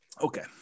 okay